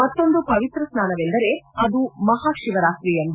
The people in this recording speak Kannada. ಮತ್ತೊಂದು ಪವಿತ್ರ ಸ್ನಾನದ ದಿನವೆಂದರೆ ಅದು ಮಹಾಶಿವರಾತ್ರಿಯಂದು